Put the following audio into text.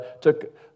took